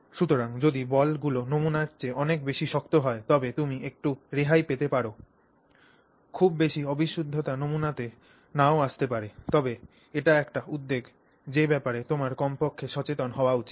সুতরাং যদি বলগুলি নমুনার চেয়ে অনেক বেশি শক্ত হয় তবে তুমি একটু রেহাই পেতে পার খুব বেশি অবিশুদ্ধতা নমুনাতে নাও আসতে পারে তবে এটি একটি উদ্বেগ যে ব্যাপারে তোমার কমপক্ষে সচেতন হওয়া উচিত